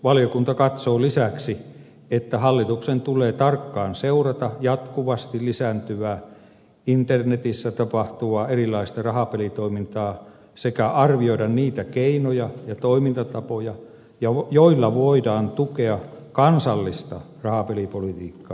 valiokunta katsoo lisäksi että hallituksen tulee tarkkaan seurata jatkuvasti lisääntyvää internetissä tapahtuvaa erilaista rahapelitoimintaa sekä arvioida niitä keinoja ja toimintatapoja joilla voidaan tukea kansallista rahapelipolitiikkaa